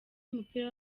w’umupira